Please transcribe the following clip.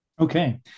Okay